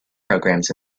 programs